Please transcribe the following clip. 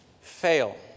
Fail